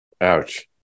Ouch